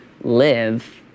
live